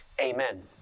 Amen